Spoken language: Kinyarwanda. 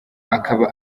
akaba